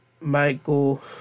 Michael